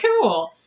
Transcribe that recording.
cool